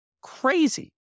Crazy